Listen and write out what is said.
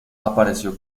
apareció